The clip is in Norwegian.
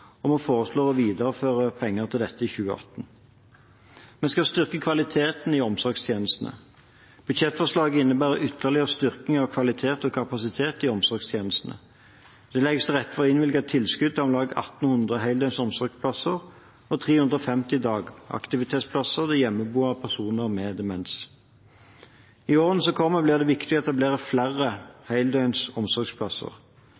rus og foreslår å videreføre penger til dette i 2018. Vi skal styrke kvaliteten i omsorgstjenestene. Budsjettforslaget innebærer ytterligere styrking av kvaliteten og kapasiteten i omsorgstjenestene. Det legges til rette for å innvilge tilskudd til om lag 1 800 heldøgns omsorgsplasser og 350 dagaktivitetsplasser til hjemmeboende personer med demens. I årene som kommer, blir det viktig å etablere